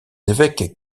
évêques